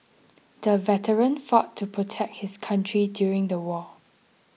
the veteran fought to protect his country during the war